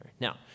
Now